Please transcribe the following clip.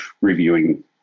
reviewing